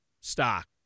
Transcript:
stock